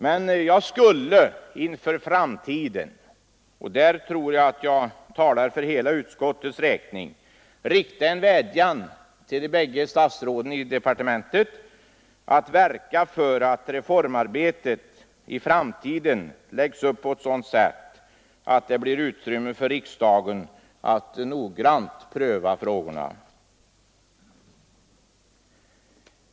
Men jag skulle vilja — och därvidlag tror jag mig tala för hela utskottets räkning — rikta en vädjan till de båda statsråden i departementet att verka för att reformarbetet i framtiden läggs upp på ett sådant sätt, att det blir utrymme för riksdagen att noggrant pröva frågorna.